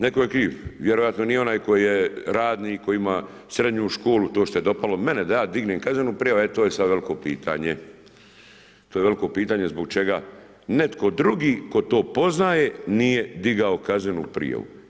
Netko je kriv, vjerojatno nije onaj koji je radnik, koji ima srednju školu, to što je dopalo mene da ja dignem kaznenu prijavu e to je sada veliko pitanje, to je veliko pitanje zbog čega netko drugi tko to poznaje nije digao kaznenu prijavu.